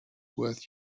worth